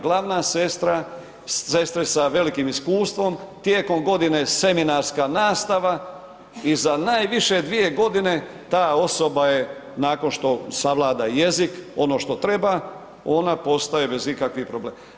Glavna sestra, sestre sa velikim iskustvom tijekom godine seminarska nastava i za najviše 2.g. ta osoba je nakon što savlada jezik ono što treba, ona postaje bez ikakvih problema.